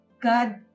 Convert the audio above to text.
God